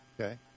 Okay